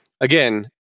again